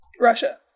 Russia